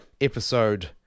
episode